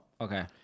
Okay